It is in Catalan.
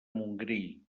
montgrí